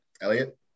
Elliot